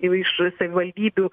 iš savivaldybių